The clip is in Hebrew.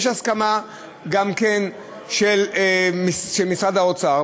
יש הסכמה גם כן של משרד האוצר.